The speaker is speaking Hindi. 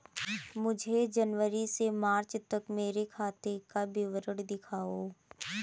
मुझे जनवरी से मार्च तक मेरे खाते का विवरण दिखाओ?